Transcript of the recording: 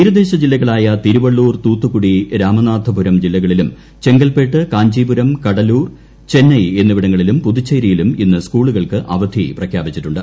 തീരദേശ ജില്ലകളായ തിരുവള്ളൂർ തൂത്തുക്കുടി രാമനാഥപുരം ജില്ലകളീലും ചെങ്കൽപ്പേട്ട് കാഞ്ചീപുരം കഡലൂർ ചെന്നൈ എന്നിവിട്ടങ്ങളിലും പുതുച്ചേരിയിലും ഇന്ന് സ്കൂളുകൾക്ക് അവധി പ്രഖ്യാപിച്ചിട്ടുണ്ട്